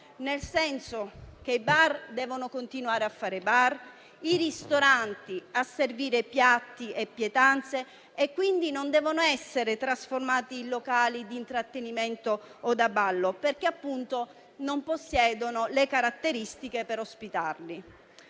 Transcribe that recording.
nel senso che i bar devono continuare a fare i bar e i ristoranti a servire piatti e pietanze, senza essere trasformati in locali di intrattenimento o da ballo, perché non ne possiedono le caratteristiche. Serve